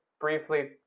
briefly